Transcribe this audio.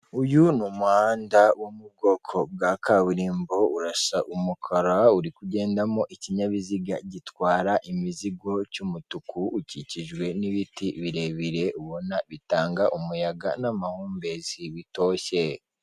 Uyu ni umuhanda wo mu bwoko bwa kaburimbo, urasa umukara uri kugendamo ikinyabiziga gitwara imizigo cy'umutuku, ukikijwe n'ibiti birebire ubona bitanga umuyaga n'amahumbezi bitoshye.